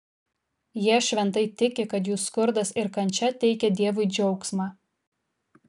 jie šventai tiki kad jų skurdas ir kančia teikia dievui džiaugsmą